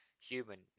human